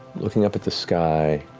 looking up at the sky,